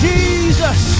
Jesus